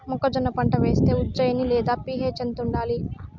మొక్కజొన్న పంట వేస్తే ఉజ్జయని లేదా పి.హెచ్ ఎంత ఉండాలి?